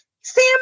Sam